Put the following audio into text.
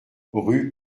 rue